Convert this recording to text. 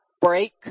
break